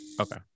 Okay